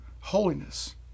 holiness